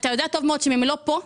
אתה יודע טוב מאוד שאם הם לא פה,